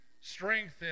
Strength